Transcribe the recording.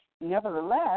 nevertheless